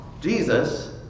Jesus